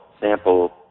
sample